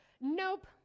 Nope